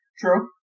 True